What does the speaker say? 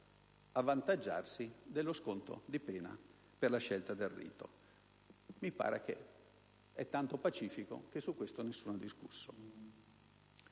avvantaggiarsi dello sconto di pena connesso alla scelta del rito. Mi sembra talmente pacifico che su questo nessuno ha discusso.